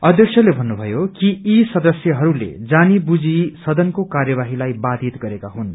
अध्यक्षाले भन्नुभयो कि यी सदस्यहरूले जानी बुझी सदनको कार्यवाहीलाई बाथित गरेका हुन्